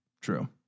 True